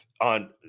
on